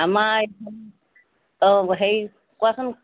আমাৰ অঁ হেৰি কোৱাচোন